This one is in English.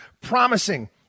promising